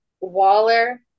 Waller